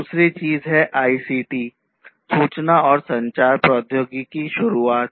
दूसरी चीज है आईसीटी सूचना और संचार प्रौद्योगिकी की शुरूआत